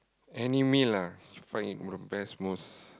any meal ah you find it mo~ the best most